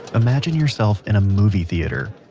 imagine yourself in a movie theater.